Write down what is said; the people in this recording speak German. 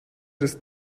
des